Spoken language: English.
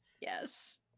yes